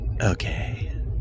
Okay